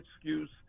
excuse